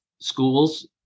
schools